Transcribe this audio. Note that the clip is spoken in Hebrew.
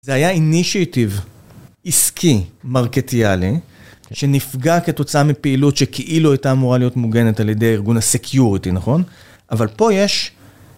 זה היה אינישייטיב עסקי מרקטיאלי, שנפגע כתוצאה מפעילות שכאילו הייתה אמורה להיות מוגנת על ידי ארגון הסקיוריטי, נכון? אבל פה יש...